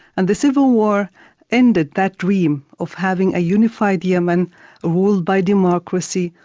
and the civil war ended that dream of having a unified yemen ruled by democracy,